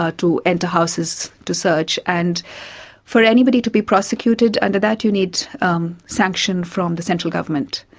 ah to enter houses to search, and for anybody to be prosecuted under that you need um sanction from the central government,